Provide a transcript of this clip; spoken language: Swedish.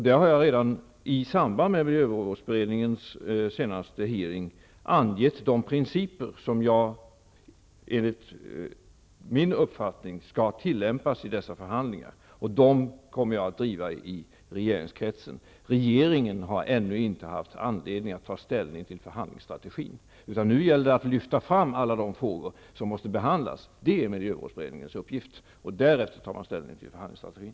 Där har jag redan i samband med miljövårdsberedningens senaste hearing angett de principer som enligt min uppfattning skall tillämpas vid dessa förhandlingar, och dem kommer jag att driva i regeringskretsen. Regeringen har ännu inte haft anledning att ta ställning till förhandlingsstrategin. Nu gäller det att lyfta fram alla de frågor som måste behandlas. Det är miljövårdsberedningens uppgift, och därefter tar man ställning till förhandlingsstrategin.